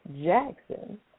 Jackson